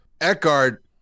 Eckhart